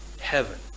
heaven